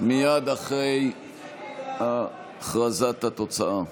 מייד אחרי הכרזת התוצאה.